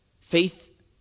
Faith